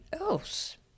else